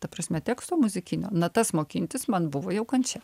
ta prasme teksto muzikinio natas mokintis man buvo jau kančia